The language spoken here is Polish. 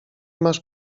masz